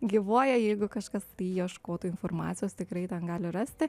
gyvuoja jeigu kažkas tai ieškotų informacijos tikrai ten gali rasti